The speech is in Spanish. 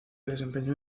desempeñó